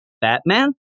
Batman